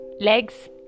legs